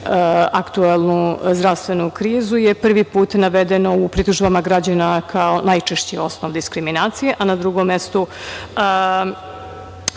aktuelnu zdravstvenu krizu, je prvi put navedeno u pritužbama građana kao najčešći osnov diskriminacije, a na drugom mestu